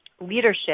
leadership